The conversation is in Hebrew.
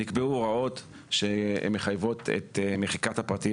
נקבעו הוראות שמחייבות את מחיקת הפרטים